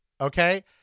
Okay